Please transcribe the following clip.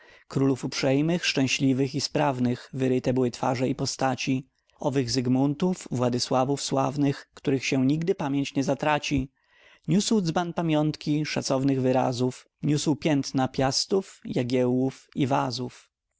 królów uprzejmych szczęśliwych i sprawnych wyryte były twarze i postaci owych zygmuntów władysławów sławnych których się nigdy pamięć nie zatraci niosł dzban pamiątki szacownych wyrazów niosł piętna piastów jagiełłów i wazów